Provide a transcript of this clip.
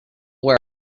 where